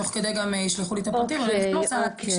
תוך כדי גם ישלחו לי את הפרטים רק אני תנו לי שנייה.